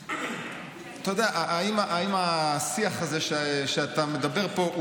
אתה יודע: האם השיח הזה שאתה מדבר פה,